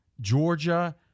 Georgia